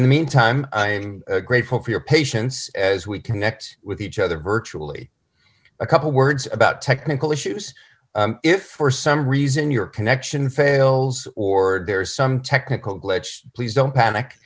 in the meantime i'm grateful for your patience as we connect with each other virtually a couple words about technical issues if for some reason your connection fails orde there is some technical glitch please don't panic